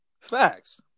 Facts